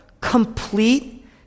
complete